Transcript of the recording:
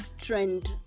trend